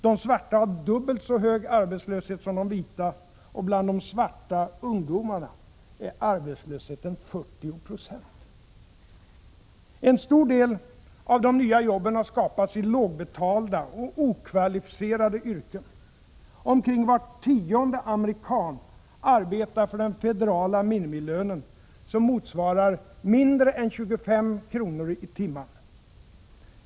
De svarta har dubbelt så hög arbetslöshet som de vita, och bland de svarta ungdomarna är arbetslösheten 40 96. En stor del av de nya jobben har skapats i lågbetalda och okvalificerade yrken. Omkring var tionde amerikan arbetar för den federala minimilönen, som motsvarar mindre än 25 kr. i timmen.